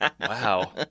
Wow